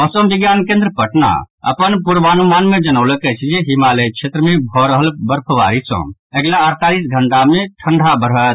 मौसम विज्ञान केन्द्र पटना अपन पूर्वानुमान मे जनौलक अछि जे हिमालय क्षेत्र मे भऽ रहल बर्फबारी सँ अगिला अड़तालीस घंटा मे ठंढा बढ़त